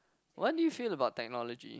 what do you feel about technology